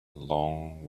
long